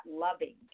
loving